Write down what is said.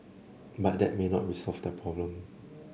but that may not resolve their problem